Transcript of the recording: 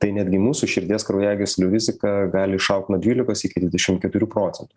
tai netgi mūsų širdies kraujagyslių rizika gali išaugt nuo dvylikos iki dvidešim keturių procentų